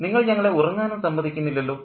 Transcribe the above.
നിങ്ങൾ ഞങ്ങളെ ഉറങ്ങാനും സമ്മതിക്കുന്നില്ലല്ലോ